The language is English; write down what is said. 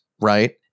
right